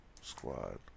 squad